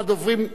אחרון הדוברים,